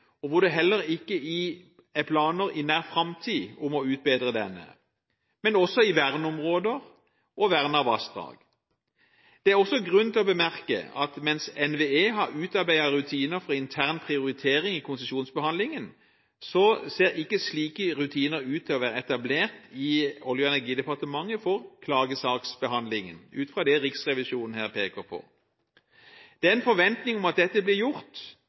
og hvor det heller ikke i nær framtid er planer om å utbedre den, men også i verneområder og vernede vassdrag. Det er også grunn til å bemerke at mens NVE har utarbeidet rutiner for intern prioritering i konsesjonsbehandlingen, ser ikke slike rutiner ut til å være etablert i Olje- og energidepartementet for klagesaksbehandlingen, ut fra det Riksrevisjonen her peker på. Det er en forventning om at dette blir gjort,